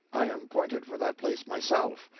i am pointed for that place myself.